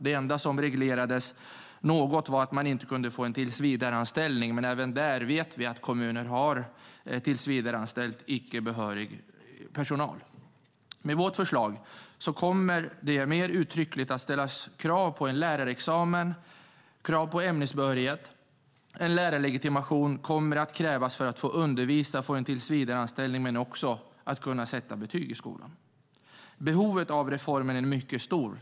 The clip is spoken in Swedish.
Det enda som reglerades något var att man inte kunde få en tillsvidareanställning, men vi vet att kommuner har tillsvidareanställt icke behörig personal. Med vårt förslag kommer det att mer uttryckligt ställas krav på lärarexamen och ämnesbehörighet. Lärarlegitimation kommer att krävas för att få undervisa och få en tillsvidareanställning men också för att få sätta betyg i skolan. Behovet av reformen är mycket stort.